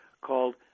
called